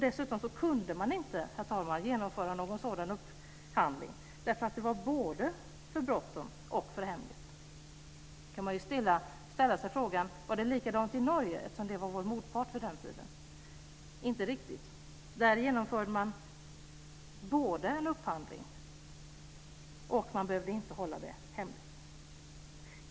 Dessutom kunde man inte genomföra någon sådan upphandling därför att det var både för bråttom och för hemligt. Man kan ställa sig frågan: Var det likadant i Norge som var vår motpart vid den tiden? Inte riktigt. Man både genomförde en upphandling och behövde inte hålla det hemligt.